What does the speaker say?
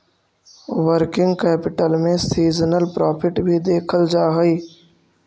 working capital में seasonal profit भी देखल जा हई